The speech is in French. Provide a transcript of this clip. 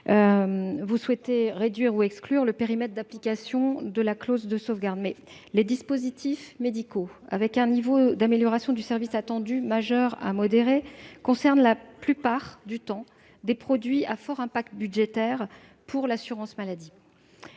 Vous souhaitez réduire ou supprimer le périmètre d'application de la clause de sauvegarde. Les dispositifs médicaux présentant un niveau d'amélioration du service attendu majeur à modéré sont la plupart du temps des produits à fort impact budgétaire pour l'assurance maladie.